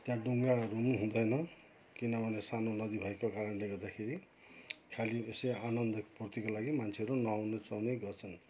त्यहाँ डुङ्गाहरू पनि हुँदैन किनभने सानो नदी भएको कारणले गर्दाखेरि खालि यसै आनन्दपूर्तिको लागि मान्छेहरू नुहाउने सुहाउने गर्छन्